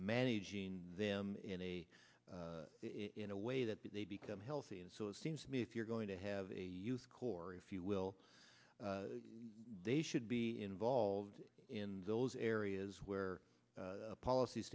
managing them in a in a way that they become healthy and so it seems to me if you're going to have a youth corps if you will they should be involved in those areas where polic